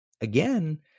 again